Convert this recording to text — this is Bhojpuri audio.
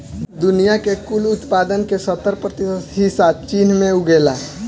दुनिया के कुल उत्पादन के सत्तर प्रतिशत हिस्सा चीन में उगेला